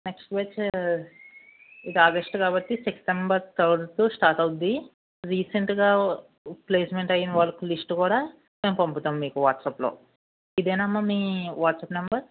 next batch ఇది August కాబట్టి September థర్డ్తో స్టార్ట్ అవుతుంది రీసెంట్గా ప్లేస్మెంట్ అయిన వర్క్ లిస్టు కూడా మేము పంపిస్తాం మీకు వాట్సాప్లో ఇదేనా అమ్మ మీ వాట్సాప్ నంబర్